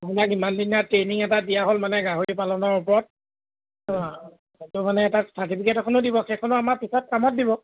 আপোনাক ইমান দিনিয়া ট্ৰেইনিং এটা দিয়া হ'ল মানে গাহৰি পালনৰ ওপৰত মানে এটা চাৰ্টিফিকেট এখনো দিব সেইখনো আমাৰ পিছত কামত দিব